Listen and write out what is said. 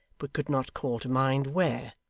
but could not call to mind where,